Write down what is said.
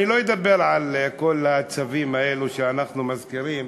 אני לא אדבר על כל הצווים האלו שאנחנו מזכירים,